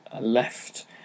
left